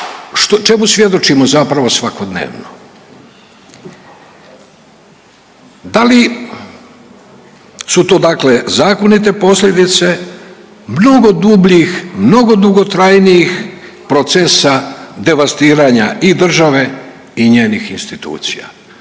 čemu svjedočimo zapravo svakodnevno. Da li su to dakle zakonite posljedice mnogo dubljih, mnogo dugotrajnijih procesa devastiranja i države i njenih institucija?